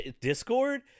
Discord